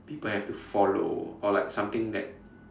people have to follow or like something that